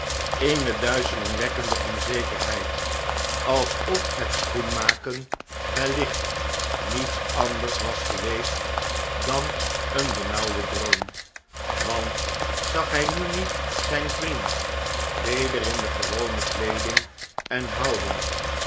eene duizelingwekkende onzekerheid alsof het schoenmaken wellicht niets anders was geweest dan een benauwde droom want zag hjj nu niet zijn vriend weder in de gewone weeding en houding